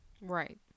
Right